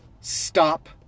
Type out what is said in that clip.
stop